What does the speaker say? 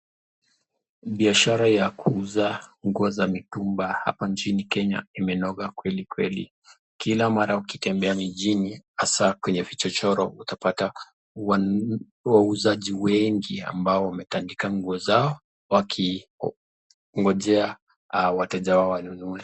Biashara ya kuuza nguo za mitumba hapa mjini Kenya imenoga kweli kweli, kila mara ukitembea mjini, hasa kwenye vichochoro utapata wauzaji wengi ambao wametaandika nguo zao wakingojea wateja wao wanunue.